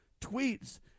tweets